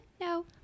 No